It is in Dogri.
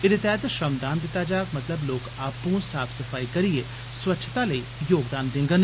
जेदे तैह्त श्रम दान दित्ता जाग मतलब लोक आपू साफ सफाई करियें स्वच्छता लेई योगदान देंडन